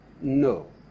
no